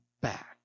back